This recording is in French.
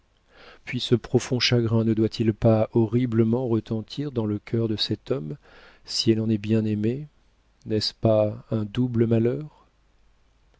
puis ce profond chagrin ne doit-il pas horriblement retentir dans le cœur de cet homme si elle en est bien aimée n'est-ce pas un double malheur